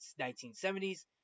1970s